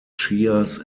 shias